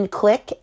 click